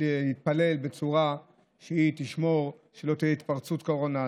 להתפלל בצורה שתשמור שלא תהיה התפרצות קורונה,